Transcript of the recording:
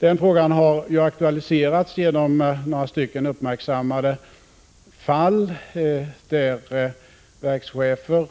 Den frågan har aktualiserats genom några uppmärksammade fall, i vilka verkschefer